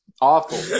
Awful